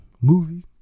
movie